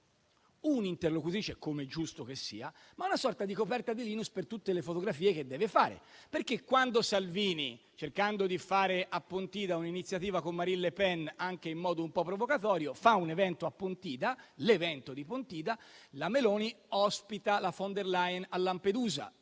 un'interlocutrice, come è giusto che sia, ma una sorta di coperta di Linus per tutte le fotografie che deve fare. Quando infatti Salvini, cercando di fare a Pontida un'iniziativa con Marine Le Pen, anche in modo un po' provocatorio, fa un evento a Pontida - l'evento di Pontida - e la Meloni ospita Ursula von der Leyen a Lampedusa.